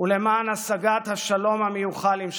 ולמען השגת השלום המיוחל עם שכנינו,